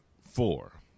four